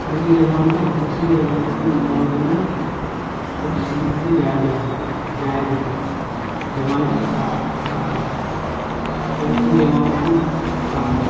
اردو زبان کا دوسری زبانوں سے موازنہ تفصیل سے جائے جا جائزہ زبان کی ساخت اردو زبان کی ساخت